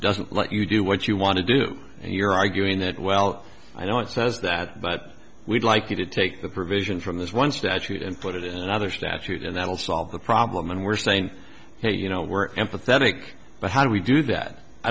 doesn't let you do what you want to do and you're arguing that well i don't says that but we'd like you to take the provision from this one statute and put it in another statute and that'll solve the problem and we're saying hey you know we're empathetic but how do we do that i